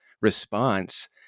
response